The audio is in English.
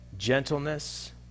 gentleness